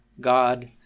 God